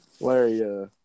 Larry